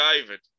david